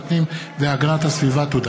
לוועדת הכלכלה ולוועדת הפנים והגנת הסביבה לדיון